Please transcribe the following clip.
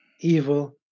evil